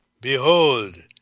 Behold